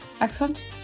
excellent